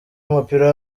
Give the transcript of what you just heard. w’umupira